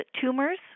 tumors